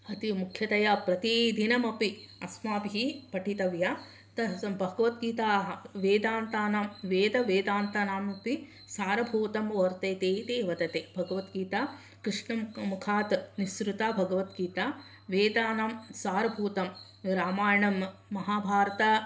अति मुख्यतया प्रतिदिनमपि अस्माभिः पठितव्या सा भगवद्गीताः वेदान्तानां वेदवेदान्तानामपि सारभूतं वर्तते इति वदते भगवद्गीता कृष्णं मुखात् निस्सृता भगवद्गीता वेदानां सारभूतं रामायणं महाभारत